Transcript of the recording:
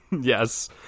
yes